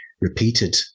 repeated